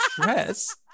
stress